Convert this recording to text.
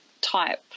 type